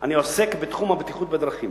אני עוסק בתחום הבטיחות בדרכים.